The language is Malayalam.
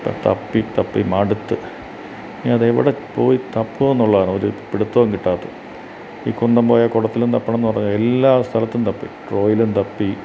ഞാൻ തപ്പിത്തപ്പി മടുത്ത് ഇനി അതെവിടെപ്പോയി തപ്പുമെന്നുള്ളതാണ് ഒരു പിടുത്തവും കിട്ടാത്തത് ഈ കുന്തം പോയാൽ കുടത്തിലും തപ്പണമെന്ന് പറഞ്ഞ പോലെ എല്ലാ സ്ഥലത്തും തപ്പി ഡ്രോയിലും തപ്പി